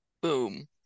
Boom